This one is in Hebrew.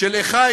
של אחי